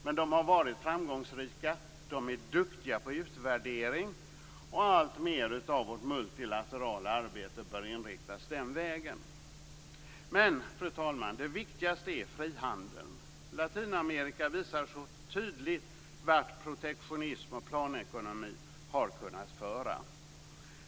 Men de har varit framgångsrika, och de är duktiga på utvärdering. Alltmer av vårt multilaterala arbete bör inriktas på den vägen. Men, fru talman, det viktigaste är frihandeln. Latinamerika visar så tydligt vart protektionism och planekonomi har kunnat föra.